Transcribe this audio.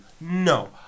no